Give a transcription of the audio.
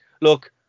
look